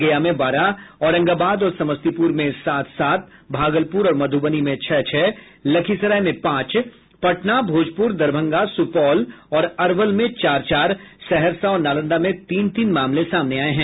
गया में बारह औरंगाबाद और समस्तीपुर में सात सात भागलपूर और मध्रबनी में छह छह लखीसराय में पांच पटना भोजपूर दरभंगा सुपौल और अरवल में चार चार सहरसा और नालंदा में तीन तीन मामले सामने आये हैं